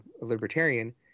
libertarian